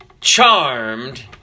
Charmed